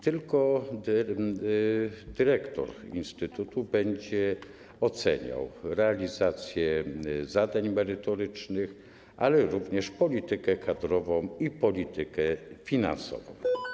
Tylko dyrektor instytutu będzie oceniał realizację zadań merytorycznych, ale również politykę kadrową i politykę finansową.